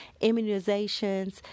Immunizations